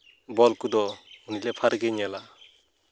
ᱵᱚᱞ ᱠᱚᱫᱚ ᱩᱱᱤ ᱞᱮᱯᱷᱟᱨᱤ ᱜᱮᱭ ᱧᱮᱞᱟ